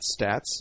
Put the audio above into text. Stats